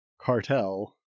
cartel